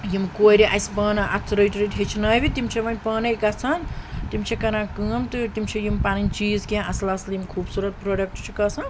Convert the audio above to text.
یِم کورِ اَسہِ پانہٕ اَتھٕ رٔٹۍ رٔٹۍ ہیٚچھنٲِیہِ تِم چھِ وۄنۍ پانَے گَژھان تِم چھِ کَران کٲم تہٕ تِم چھِ یِم پَنٕنۍ چیٖز کینٛہہ اَصٕل اَصٕل یِم خوٗبصوٗرت پروڈَکٹ چھِکھ آسان